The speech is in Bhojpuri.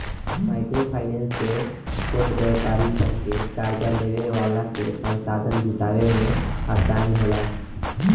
माइक्रो फाइनेंस से छोट व्यापारी सन के कार्जा लेवे वाला के संसाधन जुटावे में आसानी होला